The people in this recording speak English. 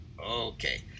Okay